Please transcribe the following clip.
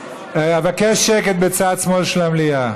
אבקש שקט בצד שמאל של המליאה.